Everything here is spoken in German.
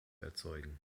erzeugen